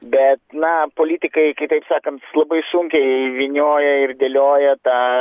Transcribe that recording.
bet na politikai kitaip sakant labai sunkiai vynioja ir dėlioja tą